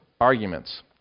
arguments